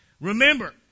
Remember